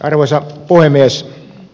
arvoisa puhemies